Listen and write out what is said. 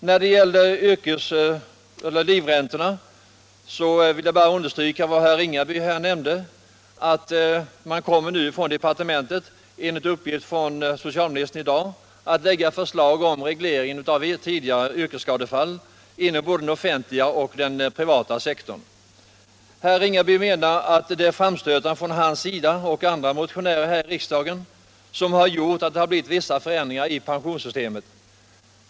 När det gäller livräntorna vill jag liksom herr Ringaby stryka under socialministerns uppgift här i dag att socialdepartementet kommer att lägga fram förslag om reglering av tidigare yrkesskadefall inom både den offentliga och den privata sektorn. Herr Ringaby menar att det är framstötar från honom och andra motionärer som har medfört att det blivit vissa förändringar i pensionssystemet.